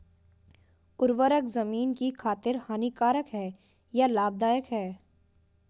उर्वरक ज़मीन की खातिर हानिकारक है या लाभदायक है?